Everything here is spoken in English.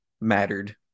mattered